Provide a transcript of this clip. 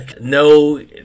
No